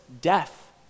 death